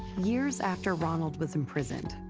years after ronald was imprisoned,